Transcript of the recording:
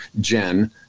Jen